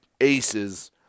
aces